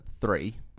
three